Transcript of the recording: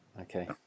okay